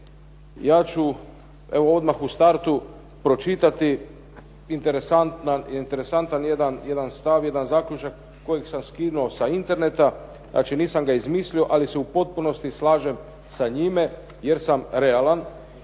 ja ću evo odmah u startu pročitati interesantan jedan stav, jedan zaključak kojeg sam skinuo sa interneta, znači nisam ga izmislio, ali se u potpunosti slažem s njime jer sam realan